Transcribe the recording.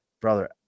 brother